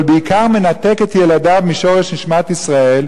אבל בעיקר מנתק את ילדיו משורש נשמת ישראל,